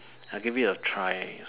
I give it a try you see